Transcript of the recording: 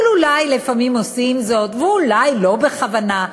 אבל אולי לפעמים עושים זאת ואולי לא בכוונה,